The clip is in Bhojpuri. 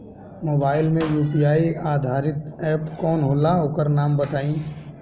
मोबाइल म यू.पी.आई आधारित एप कौन होला ओकर नाम बताईं?